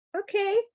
okay